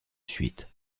suite